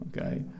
okay